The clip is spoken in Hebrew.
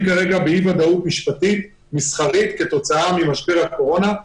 כרגע באי-ודאות משפטית מסחרית כתוצאה ממשבר הקורונה.